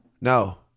no